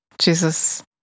Jesus